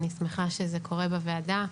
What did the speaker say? אני שמחה שזה קורה בוועדה,